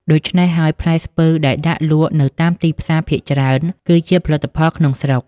ដូច្នេះហើយ ផ្លែស្ពឺដែលដាក់លក់នៅតាមទីផ្សារភាគច្រើន គឺជាផលិតផលក្នុងស្រុក។